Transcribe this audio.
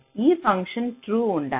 ఈ function true ఉండాలి